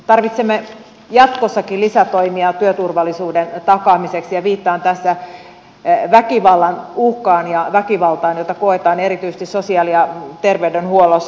tarvitsemme jatkossakin lisätoimia työturvallisuuden takaamiseksi ja viittaan tässä väkivallan uhkaan ja väkivaltaan jota koetaan erityisesti sosiaali ja terveydenhuollossa